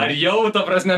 ar jau ta prasme